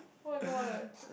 [oh]-my-god